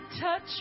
Touch